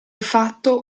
fatto